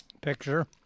picture